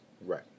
Right